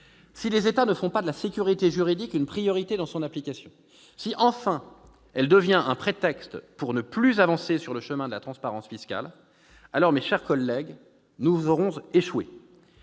si les États ne font pas de la sécurité juridique une priorité dans son application, si, enfin, elle devient un prétexte pour ne plus avancer sur le chemin de la transparence fiscale, alors, mes chers collègues, nous aurons échoué.